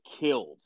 killed